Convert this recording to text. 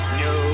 no